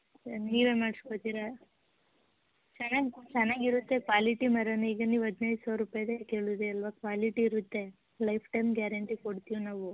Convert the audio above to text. ಅಥವಾ ನೀವೇ ಮಾಡ್ಸಿಕೊಳ್ತೀರ ಚೆನ್ನಾಗಿ ಚೆನ್ನಾಗಿರುತ್ತೆ ಕ್ವಾಲಿಟಿ ಮರನೂ ಈಗ ನೀವು ಹದಿನೈದು ಸಾವಿರ ರೂಪಾಯಿದೆ ಕೇಳಿದ್ರಿ ಅಲ್ಲವಾ ಕ್ವಾಲಿಟಿ ಇರುತ್ತೆ ಲೈಫ್ ಟೈಮ್ ಗ್ಯಾರಂಟಿ ಕೊಡ್ತೀವಿ ನಾವು